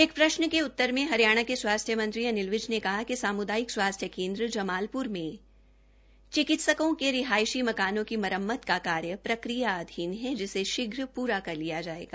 एक प्रश्न के जवाब में हरियाणा के स्वास्थ्य मंत्री अनिल विज ने कहा कि सामुदायिक स्वास्थ्य केन्द्र जमालपुर में चिकित्सकों के रिहायशी मकानों की मरम्मत का कार्य प्रक्रिया अधीन है जिसे शीघ्र पूरा कर लिया जायेगा